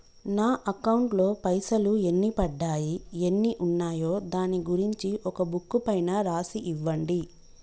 నా అకౌంట్ లో పైసలు ఎన్ని పడ్డాయి ఎన్ని ఉన్నాయో దాని గురించి ఒక బుక్కు పైన రాసి ఇవ్వండి?